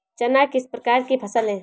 चना किस प्रकार की फसल है?